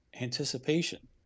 anticipation